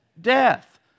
death